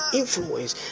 influence